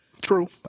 true